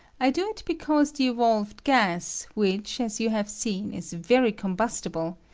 i do it because the evolved gas, which, as you have seen, is very combustible,